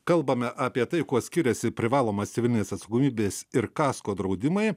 kalbame apie tai kuo skiriasi privalomas civilinės atsakomybės ir kasko draudimai